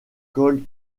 cole